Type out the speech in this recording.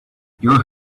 your